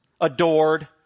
adored